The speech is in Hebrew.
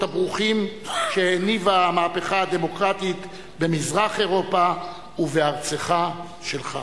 הברוכים שהניבה המהפכה הדמוקרטית במזרח-אירופה ובארצך שלך.